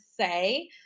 say